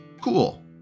Cool